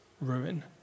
ruin